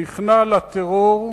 נכנע לטרור,